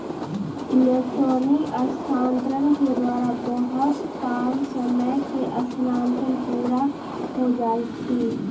electronic स्थानान्तरण के द्वारा बहुते कम समय में स्थानान्तरण पुरा हो जाइ छइ